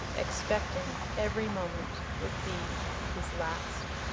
expecting every moment would be his last.